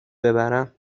ببرم